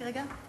רק רגע,